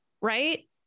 right